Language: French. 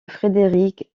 frédéric